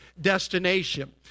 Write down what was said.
destination